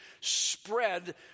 spread